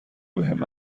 بهم